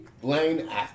Blaine